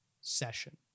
session